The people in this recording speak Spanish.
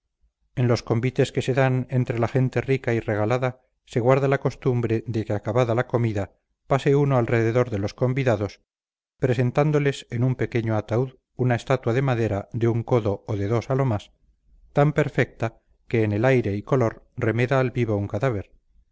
en los convites que se dan entre la gente rica y regalada se guarda la costumbre de que acabada la comida pase uno alrededor de los convidados presentándoles en un pequeño ataúd una estatua de madera de un codo o de dos a lo más tan perfecta que en el aire y color remeda al vivo un cadáver